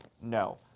No